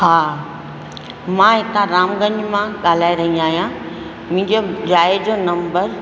हा मां हितां रामगंज मां ॻाल्हाइ रई आहियां मुंहिंजो जाइ जो नंबर